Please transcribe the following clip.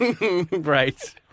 Right